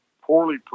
poorly